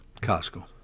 Costco